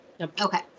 okay